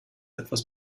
etwas